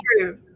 true